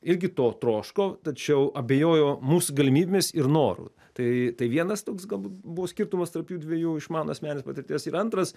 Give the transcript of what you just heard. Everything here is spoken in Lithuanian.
irgi to troško tačiau abejojo mūsų galimybėmis ir noru tai tai vienas toks galbūt buvo skirtumas tarp jųdviejų iš mano asmeninės patirties ir antras